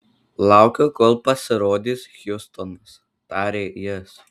laukiu kol pasirodys hjustonas tarė jis